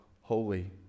holy